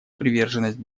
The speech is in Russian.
приверженность